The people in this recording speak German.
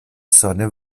sonne